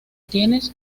tienes